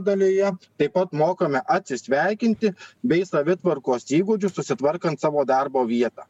dalyje taip pat mokome atsisveikinti bei savitvarkos įgūdžių susitvarkant savo darbo vietą